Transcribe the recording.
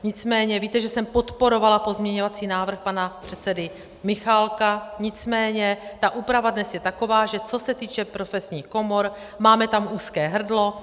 Nicméně víte, že jsem podporovala pozměňovací návrh pana předsedy Michálka, nicméně ta úprava dnes je taková, že co se týče profesních komor, máme tam úzké hrdlo.